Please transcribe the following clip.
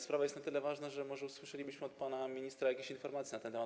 Sprawa jest na tyle ważna, że może usłyszelibyśmy od pana ministra jakieś informacje na ten temat.